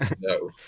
No